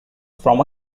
from